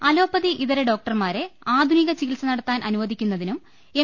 allopathy ഇതര ഡോക്ടർമാരെ ആധുനിക ചികിത്സ് നടത്താൻ അനുവദിക്കുന്നതിനും എം